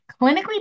clinically